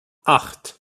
acht